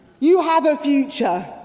you have a future.